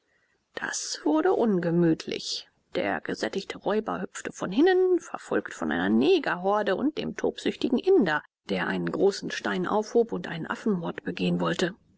das wurde ungemütlich der gesättigte räuber hüpfte von hinnen verfolgt von einer negerhorde und dem tobsüchtigen inder der einen großen stein aufhob und einen affenmord begehen wollte